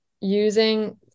using